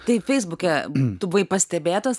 tai feisbuke tu buvai pastebėtas